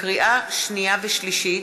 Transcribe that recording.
לקריאה שנייה ושלישית: